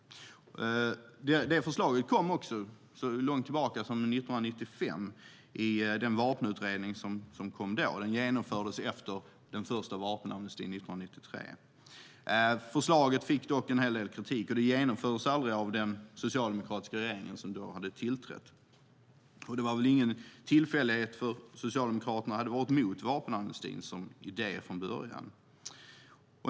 Det förslaget kom också så långt tillbaka som i Vapenutredningen som kom 1995 och genomfördes efter den första vapenamnestin 1993. Förslaget fick dock en hel del kritik, och det genomfördes aldrig av den socialdemokratiska regeringen som då hade tillträtt. Det var väl ingen tillfällighet, eftersom Socialdemokraterna hade varit emot vapenamnestin som idé från början.